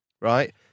right